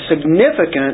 significant